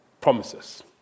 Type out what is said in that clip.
promises